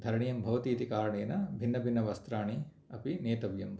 धरणीयं भवति इति कारणेन भिन्न भिन्न वस्त्राणि अपि नेतव्यं भवति